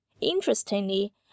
Interestingly